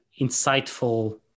insightful